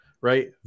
Right